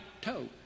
toe